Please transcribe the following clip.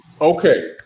Okay